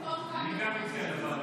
אני מציע לוועדה.